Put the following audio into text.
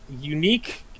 unique